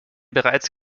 bereits